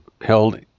held